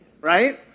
Right